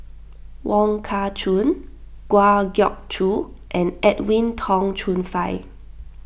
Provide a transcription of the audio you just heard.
Wong Kah Chun Kwa Geok Choo and Edwin Tong Chun Fai